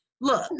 look